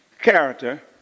character